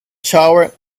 shower